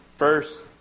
First